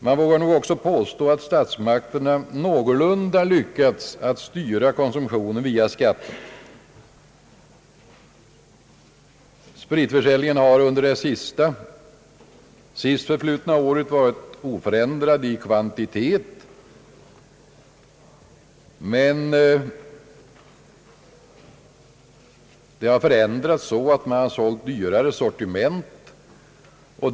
Man vågar nog också påstå att statsmakterna någorlunda lyckats styra konsumtionen via skatterna. Spritförsäljningen har under det sist förflutna året varit oförändrad i kvantitet, men en förändring har skett så till vida att dyrare sortiment har försålts.